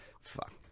fuck